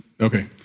Okay